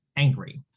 angry